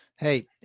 Hey